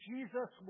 Jesus